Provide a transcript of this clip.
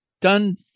done